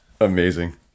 Amazing